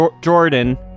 Jordan